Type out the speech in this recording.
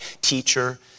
teacher